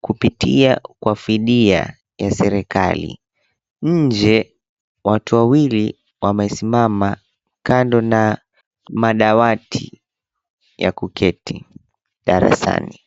kupitia kwa fidia ya serekali, nje watu wawili wamesimama kando na madawati ya kuketi darasani.